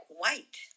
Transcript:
white